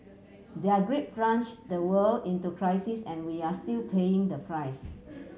their greed plunge the world into crisis and we are still paying the price